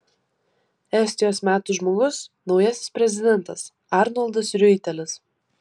estijos metų žmogus naujasis prezidentas arnoldas riuitelis